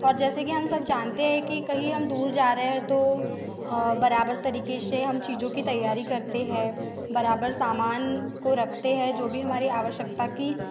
और जैसे कि हम सब जानते हैं कि कहीं हम दूर जा रहे हैं तो बराबर तरीक़े से हम चीज़ों के तैयारी करते हैं बराबर सामान को रखते हैं जो हमारी आवश्यकता की